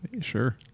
Sure